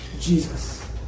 Jesus